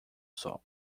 sol